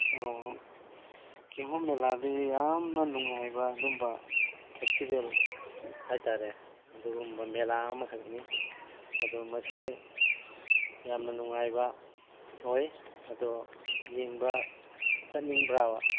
ꯑꯣ ꯀꯤꯍꯣꯝ ꯃꯦꯂꯥꯗꯤ ꯌꯥꯝꯅ ꯅꯨꯡꯉꯥꯏꯕ ꯑꯗꯨꯝꯕ ꯐꯦꯁꯇꯤꯚꯦꯜ ꯍꯥꯏꯇꯥꯔꯦ ꯑꯗꯨꯒꯨꯝꯕ ꯃꯦꯂꯥ ꯑꯃꯈꯛꯅꯤ ꯑꯗꯨ ꯃꯁꯦ ꯌꯥꯝꯅ ꯅꯨꯡꯉꯥꯏꯕ ꯑꯣꯏ ꯑꯗꯣ ꯌꯦꯡꯕ ꯆꯠꯅꯤꯡꯕ꯭ꯔꯥꯕ